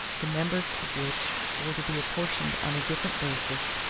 the members of which were to be apportioned on a different basis,